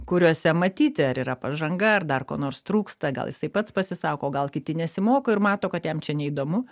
kuriuose matyti ar yra pažanga ar dar ko nors trūksta gal jisai pats pasisako o gal kiti nesimoko ir mato kad jam čia neįdomu